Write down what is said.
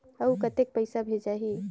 अउ कतेक पइसा भेजाही?